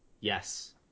Yes